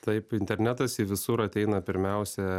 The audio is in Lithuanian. taip internetas į visur ateina pirmiausia